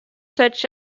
such